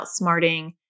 outsmarting